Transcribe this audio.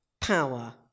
power